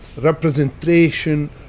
representation